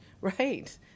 Right